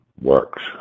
works